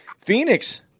Phoenix